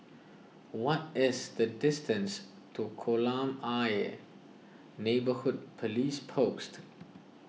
what is the distance to Kolam Ayer Neighbourhood Police Post